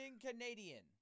Canadian